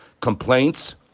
Complaints